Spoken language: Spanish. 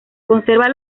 conserva